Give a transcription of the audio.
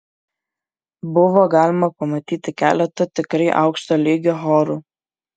buvo galima pamatyti keletą tikrai aukšto lygio chorų